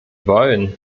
wollen